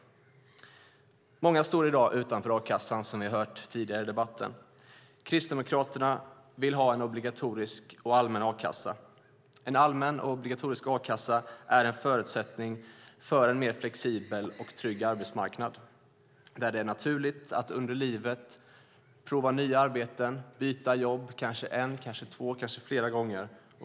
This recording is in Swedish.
Många står i dag utanför a-kassan, har vi hört tidigare i debatten. Kristdemokraterna vill ha en obligatorisk och allmän a-kassa. En allmän och obligatorisk a-kassa är en förutsättning för en mer flexibel och trygg arbetsmarknad, där det är naturligt att under livet prova nya arbeten och byta jobb en eller flera gånger.